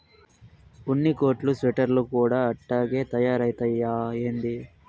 ఉన్ని కోట్లు స్వెటర్లు కూడా అట్టాగే తయారైతయ్యా ఏంది